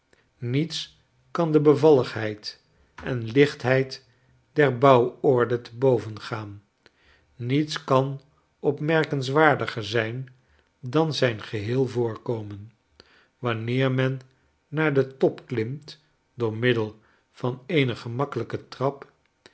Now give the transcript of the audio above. niets kan de bevalligheid en lichtheid der bouworde te boven gaan niets kan opmerkenswaardiger zijn dan zijn geheel voorkomen wanneer men naar den top klimt door middel van eene gemakkelijke trap